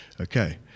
Okay